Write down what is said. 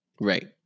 Right